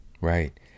Right